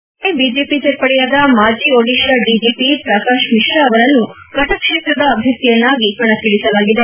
ನಿನ್ನೆತಾನೆ BJP ಸೇರ್ಪಡೆಯಾದ ಮಾಜಿ Odisha DGP Prakash Mishra ಅವರನ್ನು ಕಟಕ್ ಕ್ಷೇತ್ರದ ಅಭ್ಲರ್ಥಿಯನ್ನಾಗಿ ಕಣಕ್ಕಿಳಿಸಲಾಗಿದೆ